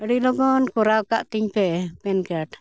ᱟᱹᱰᱤ ᱞᱚᱜᱚᱱ ᱠᱚᱨᱟᱣ ᱠᱟᱜ ᱛᱤᱧ ᱯᱮ ᱯᱮᱱ ᱠᱟᱨᱰ